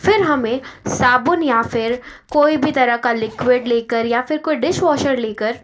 फिर हमें साबुन या फिर कोई भी तरह का लिक्विड ले कर या फिर कोई डिशवॉशर ले कर